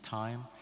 time